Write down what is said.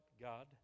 God